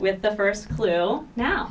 with the first clue now